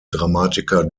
dramatiker